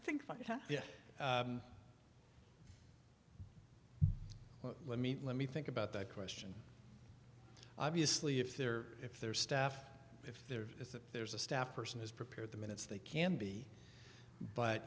to think yeah well let me let me think about that question obviously if they're if their staff if there is that there's a staff person who's prepared the minutes they can be but